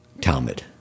Talmud